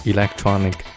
Electronic